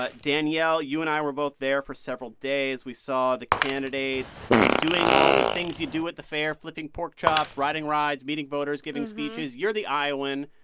ah danielle, you and i were both there for several days. we saw the candidates doing all the things you do at the fair flipping pork chops, riding rides, meeting voters, giving speeches. you're the iowan.